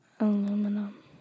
Aluminum